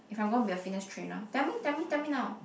if I'm going to be a fitness trainer tell me tell me tell me now